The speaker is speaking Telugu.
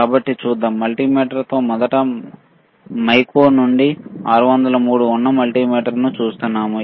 కాబట్టి చూద్దాం మల్టీమీటర్తో మొదట మైకో నుండి 603 ఉన్న మల్టీమీటర్ను చూస్తున్నాము